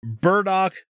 burdock